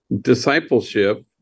discipleship